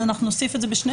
אנחנו נוסיף את זה בשניהם.